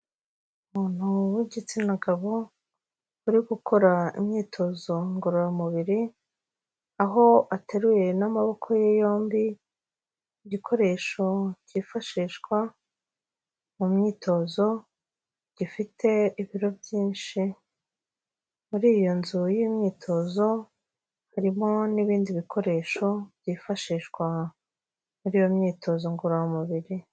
Umuntu w'igitsina gabo, uri gukora imyitozo ngororamubiri, aho ateruye n'amaboko ye yombi igikoresho cyifashishwa mu myitozo gifite ibiro byinshi, muri iyo nzu y'imyitozo harimo n'ibindi bikoresho byifashishwa muri iyo myitozo ngororamubiri.